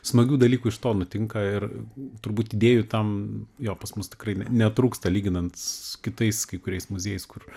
smagių dalykų iš to nutinka ir turbūt idėjų tam jo pas mus tikrai netrūksta lyginant su kitais kai kuriais muziejais kur